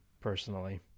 personally